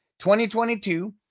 2022